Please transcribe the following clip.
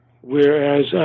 Whereas